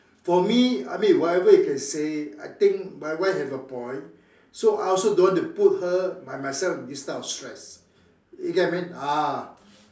for me I mean whatever you can say I think my wife have a point so I also don't want to put her my myself in this kind of stress you get what I mean ah